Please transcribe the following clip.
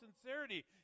sincerity